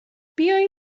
بیایید